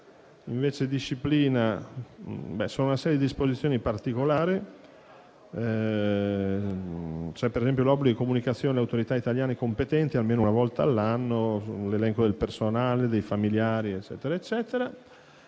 16 contiene una serie di disposizioni particolari, come per esempio l'obbligo di comunicazione alle autorità italiane competenti, almeno una volta all'anno, dell'elenco del personale e dei familiari reclutati